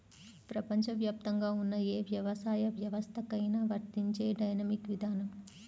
ప్రపంచవ్యాప్తంగా ఉన్న ఏ వ్యవసాయ వ్యవస్థకైనా వర్తించే డైనమిక్ విధానం